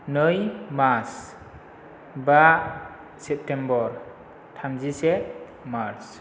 नै मार्च बा सेप्तेम्बर थामजिसे मार्च